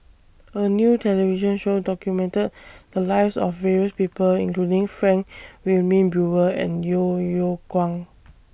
A New television Show documented The Lives of various People including Frank Wilmin Brewer and Yeo Yeow Kwang